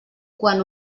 quan